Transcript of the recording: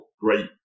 great